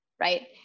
right